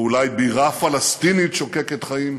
או אולי בירה פלסטינית שוקקת חיים?